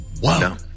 Wow